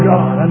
God